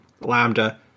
Lambda